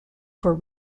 for